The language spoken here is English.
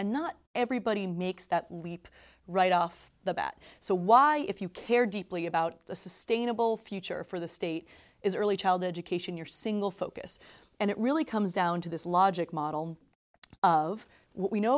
and not everybody makes that leap right off the bat so why if you care deeply about the sustainable future for the state is early child education your single focus and it really comes down to this logic model of what we know